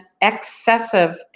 excessive